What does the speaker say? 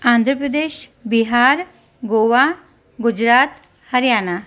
Andhra Pradesh Bihar Goa Gujarat Haryana